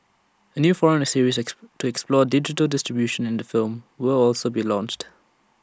A new forum series to explore digital distribution in the film will also be launched